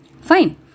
Fine